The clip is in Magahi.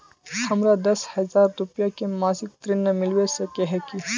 हमरा दस हजार रुपया के मासिक ऋण मिलबे सके है की?